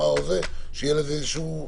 שיהיה לזה ביטוי.